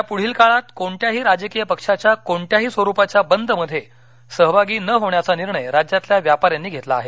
याप्ढील काळात कोणत्याही राजकीय पक्षाच्या कोणत्याही स्वरूपाच्या बंद मध्ये सहभागी न होण्याचा निर्णय राज्यातील व्यापाऱ्यांनी घेतला आहे